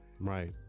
Right